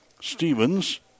Stevens